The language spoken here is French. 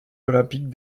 olympiques